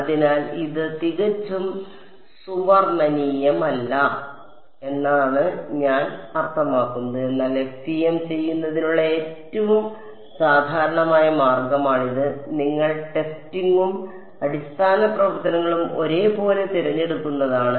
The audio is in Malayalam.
അതിനാൽ ഇത് തികച്ചും സുവർണ്ണനിയമമല്ല എന്നാണ് ഞാൻ അർത്ഥമാക്കുന്നത് എന്നാൽ FEM ചെയ്യുന്നതിനുള്ള ഏറ്റവും സാധാരണമായ മാർഗ്ഗമാണിത് നിങ്ങൾ ടെസ്റ്റിംഗും അടിസ്ഥാന പ്രവർത്തനങ്ങളും ഒരേപോലെ തിരഞ്ഞെടുക്കുന്നതാണ്